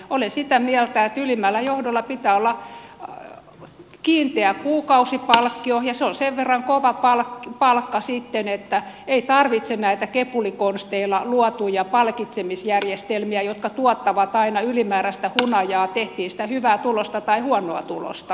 olen sitä mieltä että ylimmällä johdolla pitää olla kiinteä kuukausipalkkio ja se on sen verran kova palkka sitten että ei tarvitse näitä kepulikonsteilla luotuja palkitsemisjärjestelmiä jotka tuottavat aina ylimääräistä tehtiin sitä hyvää tulosta tai huonoa tulosta